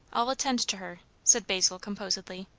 i'll attend to her, said basil composedly.